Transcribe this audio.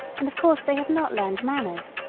and of course they have not learned manners.